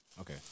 Okay